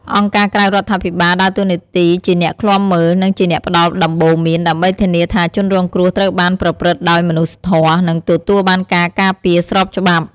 អង្គការក្រៅរដ្ឋាភិបាលដើរតួនាទីជាអ្នកឃ្លាំមើល និងជាអ្នកផ្ដល់ដំបូន្មាន ដើម្បីធានាថាជនរងគ្រោះត្រូវបានប្រព្រឹត្តដោយមនុស្សធម៌ និងទទួលបានការការពារស្របច្បាប់។